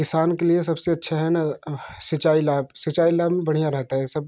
किसान के लिए अपना सबसे अच्छा है ना सिंचाई लाभ सिंचाई लाभ में बढ़िया रहता है यह सब